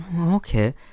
okay